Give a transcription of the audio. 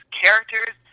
characters